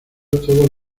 todos